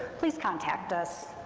please contact us.